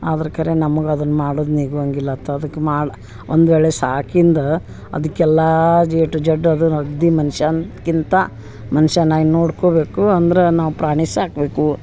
ಆದ್ರ ಕರೆ ನಮ್ಗ ಅದನ್ನ ಮಾಡುದ ನಿಗುವಂಗಿಲ್ಲ ತದಕ ಮಾಳ್ ಒಂದ್ವೇಳೆ ಸಾಕಿಂದ ಅದಕ್ಕೆಲ್ಲ ಎ ಟು ಝಡ್ ಅದನ್ನ ಅಗ್ದಿ ಮನುಷ್ಯಾನ್ಕಿಂತ ಮನುಷ್ಯ ನಾಯಿ ನೋಡ್ಕೋಬೇಕು ಅಂದ್ರ ನಾವು ಪ್ರಾಣಿ ಸಾಕಬೇಕು